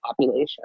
population